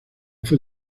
fue